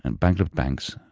and bankrupt banks,